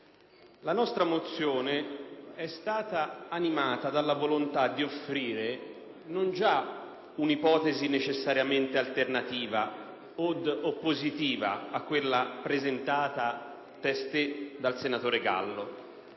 la nostra mozione è stata animata dalla volontà di offrire non già una ipotesi necessariamente alternativa od oppositiva a quella presentata testé dal senatore Gallo,